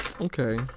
Okay